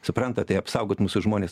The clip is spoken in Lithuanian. suprantat tai apsaugot mūsų žmones